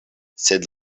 sed